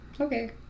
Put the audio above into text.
Okay